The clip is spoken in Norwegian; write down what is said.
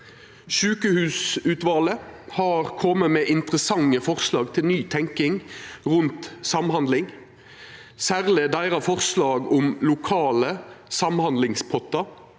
Sjukehusutvalet har kome med interessante forslag til ny tenking rundt samhandling, særleg deira forslag om lokale samhandlingspottar